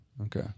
Okay